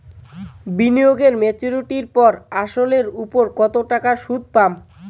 বিনিয়োগ এ মেচুরিটির পর আসল এর উপর কতো টাকা সুদ পাম?